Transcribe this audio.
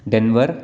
denver